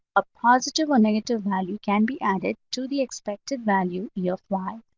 a positive or negative value can be added to the expected value, e of y,